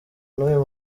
n’uyu